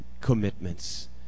commitments